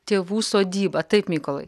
tėvų sodybą taip mykolai